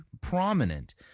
prominent